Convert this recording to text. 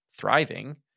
thriving